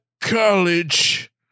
college